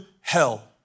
hell